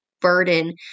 burden